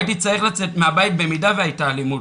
הייתי צריך לצאת מהבית במידה והייתה אלימות,